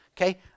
okay